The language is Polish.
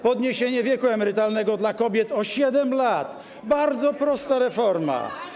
Podniesienie wieku emerytalnego dla kobiet o 7 lat - bardzo prosta reforma.